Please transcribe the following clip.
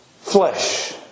Flesh